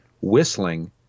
whistling